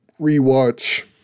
rewatch